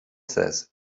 says